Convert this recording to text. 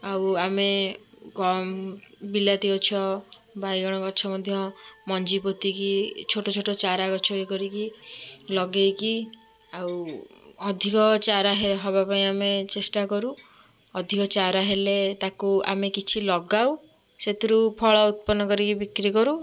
ଆଉ ଆମେ ଗମ୍ ବିଲାତି ଗଛ ବାଇଗଣ ଗଛ ମଧ୍ୟ ମଞ୍ଜି ପୋତିକି ଛୋଟ ଛୋଟ ଚାରା ଗଛ ଇଏ କରିକି ଲଗେଇକି ଆଉ ଅଧିକ ଚାରା ହବା ପାଇଁ ଆମେ ଚେଷ୍ଟା କରୁ ଅଧିକ ଚାରା ହେଲେ ତାକୁ ଆମେ କିଛି ଲଗାଉ ସେଥିରୁ ଫଳ ଉତ୍ପନ କରିକି ବିକ୍ରି କରୁ